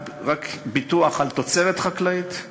רק ביטוח על תוצרת חקלאית.